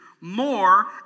more